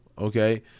okay